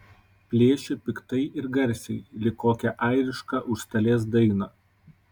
plėšė piktai ir garsiai lyg kokią airišką užstalės dainą